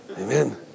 Amen